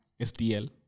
STL